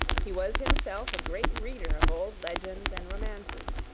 he was himself a great reader of old legends and romances,